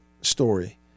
story